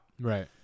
Right